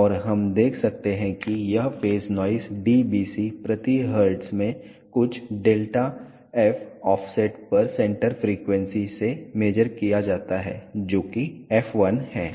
और हम देख सकते हैं कि यह फेज नॉइस dBc प्रति हर्ट्ज में कुछ Δf ऑफसेट पर सेंटर फ्रीक्वेंसी से मेज़र किया जाता है जोकि f1 है